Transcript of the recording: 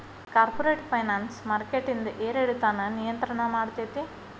corporate finance ಮಾರ್ಕೆಟಿಂದ್ ಏರಿಳಿತಾನ ನಿಯಂತ್ರಣ ಮಾಡ್ತೇತಿ